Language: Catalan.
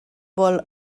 vol